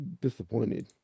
disappointed